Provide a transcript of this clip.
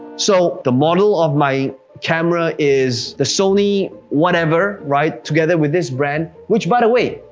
so the model of my camera is the sony whatever, right, together with this brand, which, by the way,